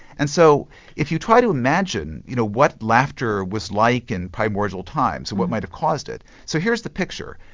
and so if you try to imagine you know what laughter was like in primordial times what might have caused it, so here's the picture.